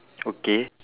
okay